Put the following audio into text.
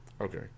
Okay